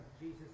Jesus